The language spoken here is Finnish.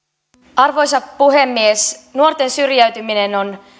arvoisa puhemies nuorten syrjäytyminen on